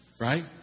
right